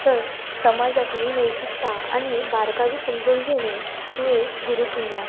तर समाजातली नैतिकता आणि बारकावे समजून घेणे ही एक गुरुकिल्ली आहे